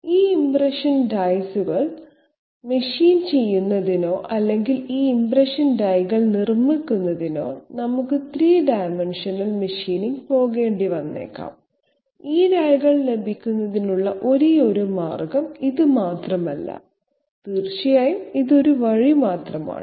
ഈ ഇംപ്രഷൻ ഡൈകൾ മെഷീൻ ചെയ്യുന്നതിനോ അല്ലെങ്കിൽ ഈ ഇംപ്രഷൻ ഡൈകൾ നിർമ്മിക്കുന്നതിനോ നമുക്ക് 3 ഡൈമൻഷണൽ മെഷീനിംഗിന് പോകേണ്ടി വന്നേക്കാം ഈ ഡൈകൾ ലഭിക്കുന്നതിനുള്ള ഒരേയൊരു മാർഗ്ഗം ഇത് മാത്രമല്ല തീർച്ചയായും ഇത് ഒരു വഴിയാണ്